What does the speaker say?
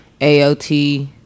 AOT